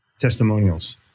testimonials